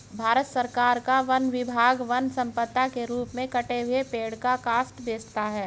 भारत सरकार का वन विभाग वन सम्पदा के रूप में कटे हुए पेड़ का काष्ठ बेचता है